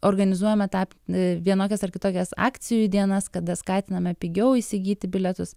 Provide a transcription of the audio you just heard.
organizuojame tą vienokias ar kitokias akcijų dienas kada skatiname pigiau įsigyti bilietus